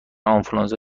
آنفولانزا